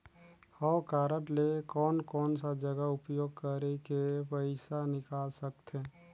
हव कारड ले कोन कोन सा जगह उपयोग करेके पइसा निकाल सकथे?